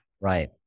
Right